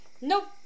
Nope